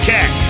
Cat